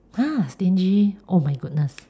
!huh! stingy oh my goodness